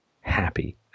happy